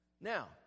Now